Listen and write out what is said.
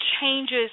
changes